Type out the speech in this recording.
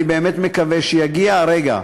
אני באמת מקווה שיגיע הרגע,